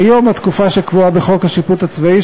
כיום התקופה הקבועה בחוק השיפוט הצבאי,